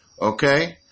okay